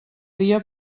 dia